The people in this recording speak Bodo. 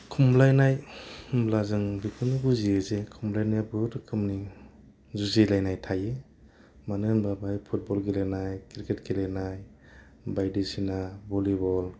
खमलायनाय होनब्ला जों बेखौनो बुजियो जे खमलायनायाव बहुत रोखोमनि जुजिलायनाय थायो मानो होनोबा बेहाय फुटबल गेलेनाय क्रिकेट गेलेनाय बायदिसिना बलि बल